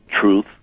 truth